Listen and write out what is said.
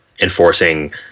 enforcing